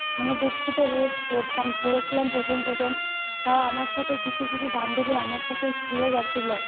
মানে দুঃখিত হয়ে পড়তাম পড়েছিলাম প্রথম প্রথম তাও আমার সাথে কিছু কিছু বান্ধবী আমার সাথে ইস্কুলে গেছিলো